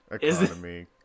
economy